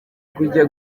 kujya